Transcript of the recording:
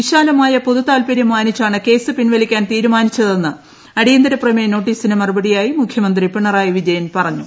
വിശാലമായ പൊതുതാത്പര്യം മാനിച്ചാണ് കേസ് പിൻവലിക്കാൻ തീരുമാനിച്ചതെന്ന് അടിയന്തര പ്രമേയ നോട്ടീസിന് മറുപടിയായി മുഖ്യമന്ത്രി പിണറായി വിജയൻ പറഞ്ഞു